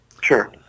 Sure